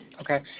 Okay